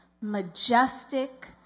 majestic